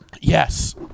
Yes